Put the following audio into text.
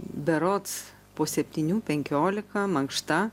berods po septynių penkiolika mankšta